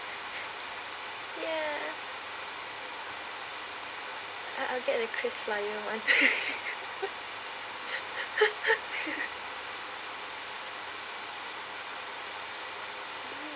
ya I'll I'll get the Krisflyer [one]